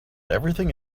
everything